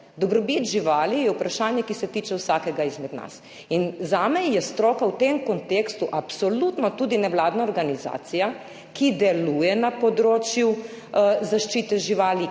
Dobrobit živali je vprašanje, ki se tiče vsakega izmed nas in zame je stroka v tem kontekstu absolutno tudi nevladna organizacija, ki deluje na področju zaščite živali,